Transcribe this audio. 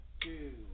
two